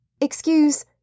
Excuse